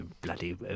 Bloody